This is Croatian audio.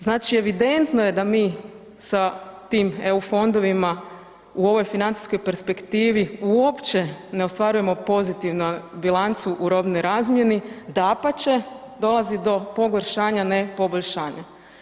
Znači, evidentno je da mi sa tim EU fondovima u ovoj financijskoj perspektivi uopće ne ostvarujemo pozitivnu bilancu u robnoj razmjeni, dapače dolazi do pogoršanja, ne poboljšanja.